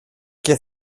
και